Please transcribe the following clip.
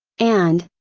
and,